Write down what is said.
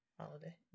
holiday